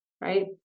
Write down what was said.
right